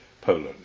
Poland